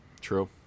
True